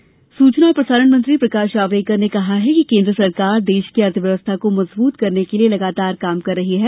जावडेकर सूचना और प्रसारण मंत्री प्रकाश जावड़ेकर ने कहा है कि केन्द्र सरकार देश की अर्थव्यवस्था को मजबूत करने के लिए लगातार काम कर रही है